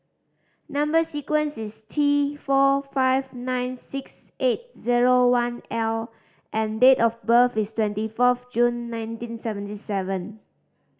number sequence is T four five nine six eight zero one L and date of birth is twenty forth June nineteen seventy seven